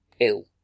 ill